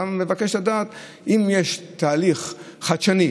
אתה מבקש לדעת אם יש תהליך חדשני